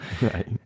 right